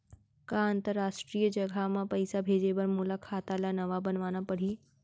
का अंतरराष्ट्रीय जगह म पइसा भेजे बर मोला खाता ल नवा बनवाना पड़ही?